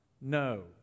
No